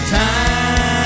time